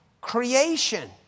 creation